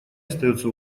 остается